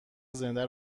زنده